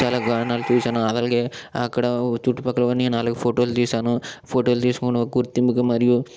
చాలా కారణాలు చూశాను అలాగే అక్కడ చుట్టుపక్కల అన్నీ నాలుగు తీసాను ఫోటోలు తీసుకోనో ఒక గుర్తింపుగా మరియు